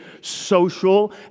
social